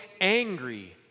angry